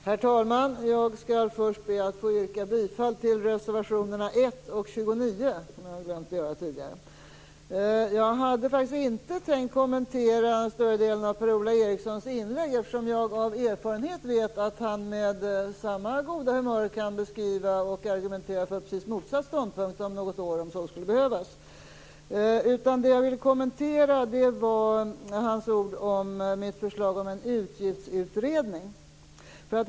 Herr talman! Jag skall först be att få yrka bifall till reservationerna 1 och 29. Det har jag glömt att göra tidigare. Jag hade faktiskt inte tänkt kommentera större delen av Per-Ola Erikssons inlägg eftersom jag av erfarenhet vet att han med samma goda humör kan beskriva och argumentera för precis motsatt ståndpunkt om så skulle behövas. Det jag vill kommentera är hans ord om mitt förslag om en utgiftsutredning.